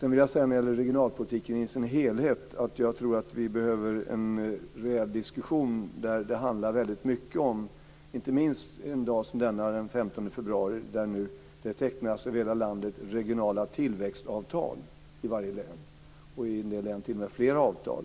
När det gäller regionalpolitiken vill jag påpeka att det i dag, den 15 februari, över hela landet tecknas regionala tillväxtavtal i varje län, och i en del län t.o.m. flera avtal.